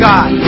God